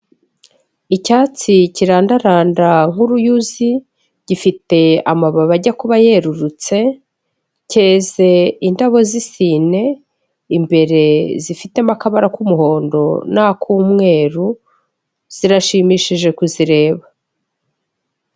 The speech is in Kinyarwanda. Icyatsi kirandaranda nk'uruyuzi, gifite amababi ajya kuba yerurutse, cyeze indabo z'isine, imbere zifitemo akabara k'umuhondo n'ak'umweru, zirashimishije kuzireba.